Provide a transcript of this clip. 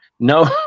No